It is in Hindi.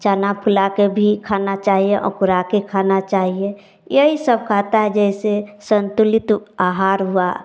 चना फुला के भी खाना चाहिए और अंकुरित करके खाना चाहिए यही सब खाता है जैसे संतुलित आहार हुआ